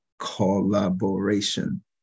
collaboration